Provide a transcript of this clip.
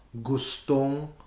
gustong